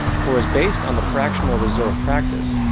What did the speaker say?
for, as based on the fractional reserve practice,